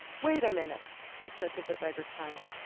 wait a minute, she said to the beggar-child.